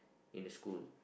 in the school